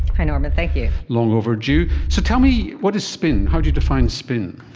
hi norman, thank you. long overdue. so tell me, what is spin, how do you define spin?